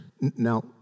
Now